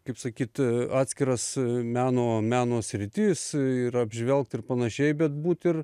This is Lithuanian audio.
kaip sakyt atskiras meno meno sritis ir apžvelgt ir panašiai bet būt ir